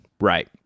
Right